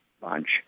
bunch